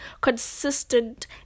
consistent